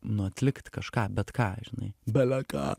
nu atlikt kažką bet ką žinai bele ką